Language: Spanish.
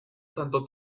santo